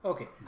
Okay